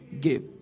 give